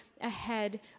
ahead